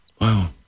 Wow